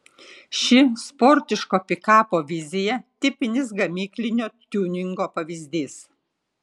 ši sportiško pikapo vizija tipinis gamyklinio tiuningo pavyzdys